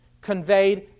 conveyed